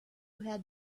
had